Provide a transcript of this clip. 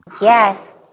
Yes